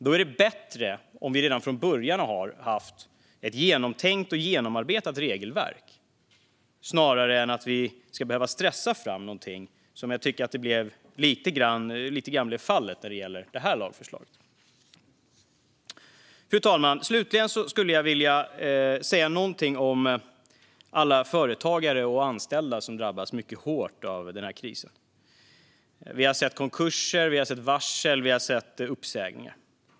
Då är det bättre om vi redan från början har haft ett genomtänkt och genomarbetat regelverk än om vi ska behöva stressa fram något, som jag tycker lite grann blev fallet när det gäller det här lagförslaget. Fru talman! Slutligen vill jag säga något om alla företagare och anställda som drabbas mycket hårt av den här krisen. Vi har sett konkurser, varsel och uppsägningar.